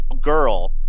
girl